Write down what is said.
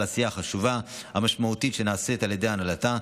עשייה החשובה והמשמעותית שנעשית על ידי הנהלתה,